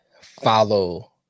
follow